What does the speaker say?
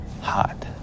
hot